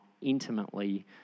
intimately